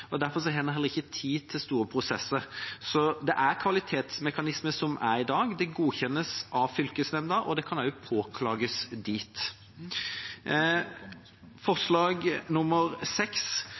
Derfor har vi heller ikke tid til store prosesser. Det er kvalitetsmekanismer i dag – det godkjennes av fylkesnemnda, og det kan også påklages dit. Forslag